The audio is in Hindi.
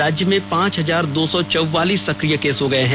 राज्य में पांच हजार दो सौ चौवालीस सक्रिय केस हो गए हैं